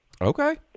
Okay